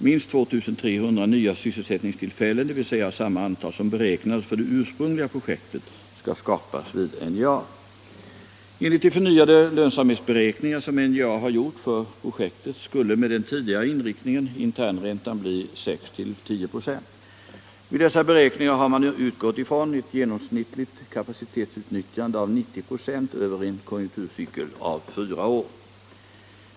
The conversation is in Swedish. Minst 2 300 nya sysselsättningstillfällen, dvs. samma antal som beräknades för det ursprungliga projektet, skall skapas vid NJA. Enligt de förnyade lönsamhetsberäkningar som NJA har gjort för projektet skulle med den tidigare inriktningen internräntan bli 6-10 96. Vid dessa beräkningar har man utgått ifrån ett genomsnittligt kapacitetsutnyttjande av 90 96 över en konjunkturcykel av fyra år.